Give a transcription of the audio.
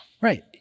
Right